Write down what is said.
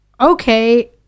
Okay